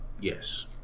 Yes